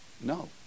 no